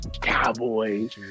Cowboys